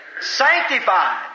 sanctified